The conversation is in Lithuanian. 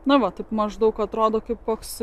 na va taip maždaug atrodo kaip koks